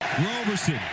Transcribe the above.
Roberson